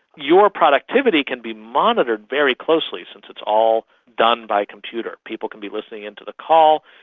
your productivity can be monitored very closely since it's all done by computer. people can be listening in to the call,